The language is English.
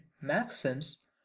maxims